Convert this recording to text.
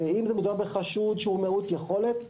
ואם מדובר בחשוד מעוט יכולת,